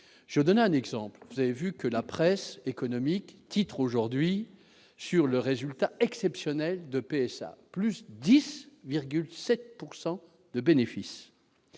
je donne un exemple : vous avez vu que la presse économique, titre aujourd'hui sur le résultat exceptionnel de PSA, plus 10,7 pourcent